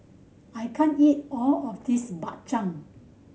I can't eat all of this Bak Chang